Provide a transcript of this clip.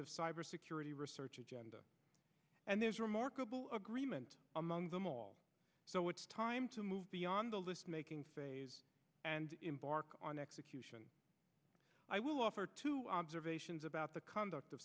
of cybersecurity research agenda and there's remarkable agreement among them all so it's time to move beyond the list making and embark on execution i will offer two observations about the conduct of